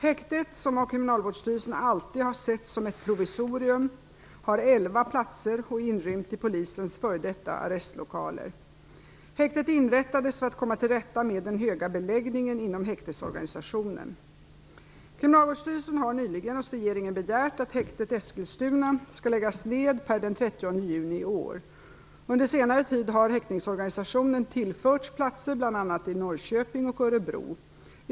Häktet, som av Kriminalvårdsstyrelsen alltid har setts som ett provisorium, har 11 platser och är inrymt i polisens f.d. arrestlokaler. Häktet inrättades för att komma till rätta med den höga beläggningen inom häktesorganisationen. Kriminalvårdsstyrelsen har nyligen hos regeringen begärt att häktet Eskilstuna skall läggas ned per den 30 juni i år. Under senare tid har häktesorganisationen tillförts platser, bl.a. i Norrköping och Örebro.